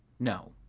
no.